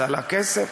זה עלה כסף?